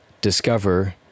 discover